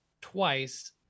twice